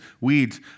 weeds